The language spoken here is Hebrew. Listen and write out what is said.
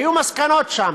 היו מסקנות שם,